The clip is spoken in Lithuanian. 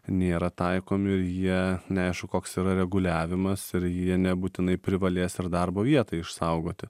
nėra taikomi jie neaišku koks yra reguliavimas ir jie nebūtinai privalės ir darbo vietą išsaugoti